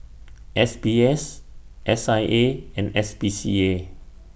S B S S I A and S P C A